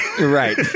Right